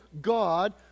God